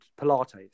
Pilates